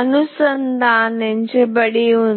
అనుసంధానించబడి ఉంది